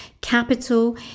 capital